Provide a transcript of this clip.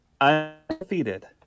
undefeated